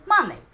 money